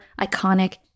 iconic